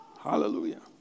Hallelujah